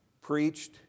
preached